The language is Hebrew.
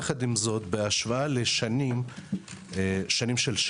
יחד עם זאת בהשוואה לשנות שגרה,